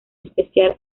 especial